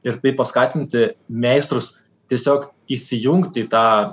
ir taip paskatinti meistrus tiesiog įsijungti į tą